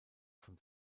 von